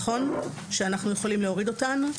שאפשר להוריד אותן.